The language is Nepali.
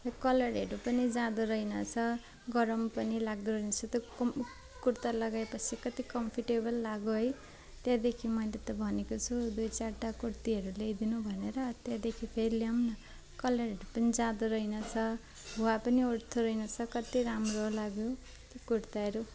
खोइ कलरहरू पनि जाँदो रहेनछ गरम पनि लाग्दो रहेनछ त्यहाँको कुर्ता लगाए पछि कत्ति कम्फर्टेबल लाग्यो है त्यहाँदेखि मैले त भनेको छु दुई चारवटा कुर्तीहरू ल्याइदिनु भनेर त्यहाँदेखि फेरि ल्याऊँ न कलरहरू पनि जाँदो रहेनछ भुवा पनि उठ्दो रहेनछ कति राम्रो लाग्यो कुर्ताहरू